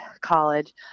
college